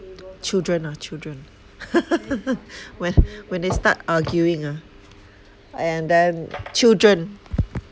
children ah children when when they start arguing ah I and then children